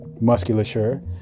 musculature